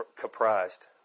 comprised